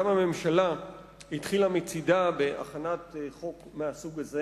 הממשלה התחילה מצדה בהכנת חוק מהסוג הזה.